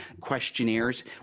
questionnaires